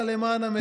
תגיד: סליחה,